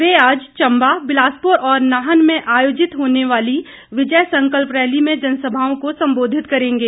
वे आज चम्बा बिलासपुर और नाहन में आयोजित होने वाली विजय संकल्प रैली में जनसभाओं को संबोधित करेंगे